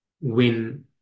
win